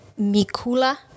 Mikula